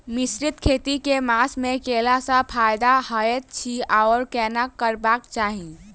मिश्रित खेती केँ मास मे कैला सँ फायदा हएत अछि आओर केना करबाक चाहि?